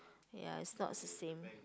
ya it's not the same